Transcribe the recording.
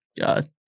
god